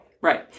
Right